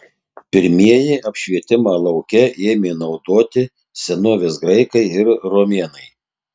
pirmieji apšvietimą lauke ėmė naudoti senovės graikai ir romėnai